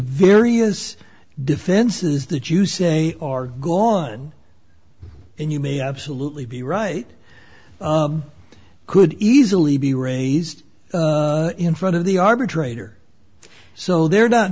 various defenses that you say are gone and you may absolutely be right could easily be raised in front of the arbitrator so they're not